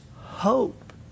hope